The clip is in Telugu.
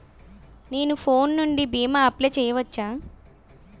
నేను ఫోన్ నుండి భీమా అప్లయ్ చేయవచ్చా?